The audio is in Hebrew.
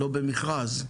לא במכרז,